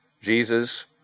Jesus